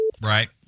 Right